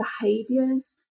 behaviors